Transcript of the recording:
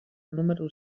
número